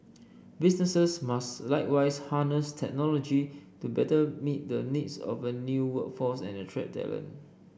businesses must likewise harness technology to better meet the needs of a new workforce and attract talent